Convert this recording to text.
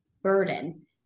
burden